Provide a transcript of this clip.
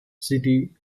city